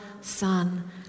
Son